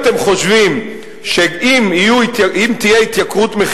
האם אתם חושבים שאם תהיה עליית מחירים